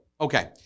Okay